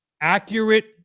accurate